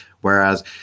whereas